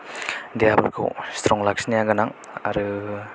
देहाफोरखौ स्थ्रं लाखिनाया गोनां आरो